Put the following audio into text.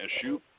issue